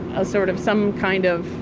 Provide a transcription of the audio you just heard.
ah sort of some kind of